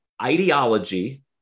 ideology